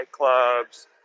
nightclubs